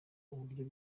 uburyo